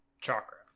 chakra